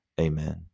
Amen